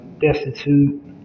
destitute